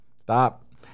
Stop